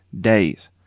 days